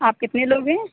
آپ کتنے لوگ ہیں